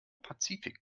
pazifik